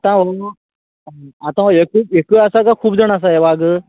आतां आतां एक एक आसा काय खूब जाण आसा हें वाघ